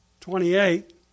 twenty-eight